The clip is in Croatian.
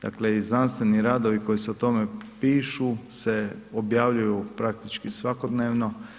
Dakle i znanstveni radovi koji o tome pišu se objavljuju praktički svakodnevno.